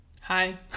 hi